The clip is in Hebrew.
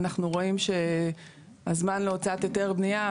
אנחנו רואים שהזמן להוצאת היתר בנייה,